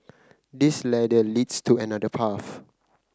this ladder leads to another path